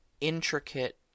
intricate